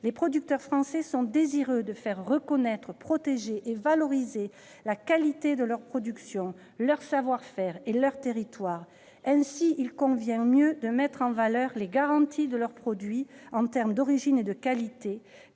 Les producteurs français sont désireux de faire reconnaître, protéger et valoriser la qualité de leur production, leur savoir-faire et leurs territoires. Ainsi, il convient de mieux mettre en valeur les garanties de leurs produits en termes d'origine et de qualité,